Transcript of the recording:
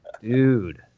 dude